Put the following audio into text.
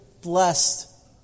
blessed